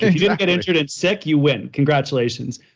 if you didn't get injured and sick, you win, congratulations.